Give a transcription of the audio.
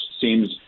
seems